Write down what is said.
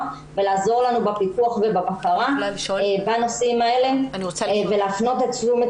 ולעזור לנו בפיקוח ובבקרה בנושאים האלה ולהפנות את שומת